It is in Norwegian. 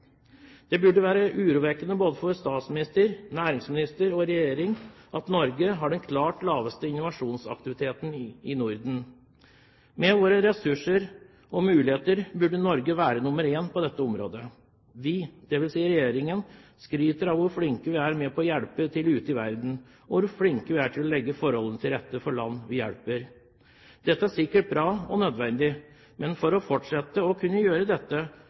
Det burde være urovekkende både for statsministeren og næringsministeren og for regjeringen for øvrig at Norge har den klart laveste innovasjonsaktiviteten i Norden. Med våre ressurser og muligheter burde Norge være nr. én på dette området. Vi, dvs. regjeringen, skryter av hvor flinke vi er til å hjelpe til ute i verden, og hvor flinke vi er til å legge forholdene til rette for land vi hjelper. Dette er sikkert bra og nødvendig, men for å fortsette å kunne gjøre dette